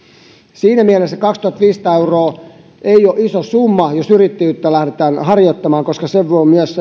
siinä mielessä kaksituhattaviisisataa euroa ei ole iso summa jos yrittäjyyttä lähdetään harjoittamaan koska osakepääomavaatimuksen voi myös